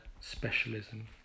specialism